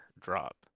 drop